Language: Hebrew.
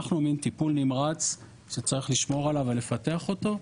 אנחנו מן טיפול נמרץ שצריך לשמור עליו ולפתח אותו,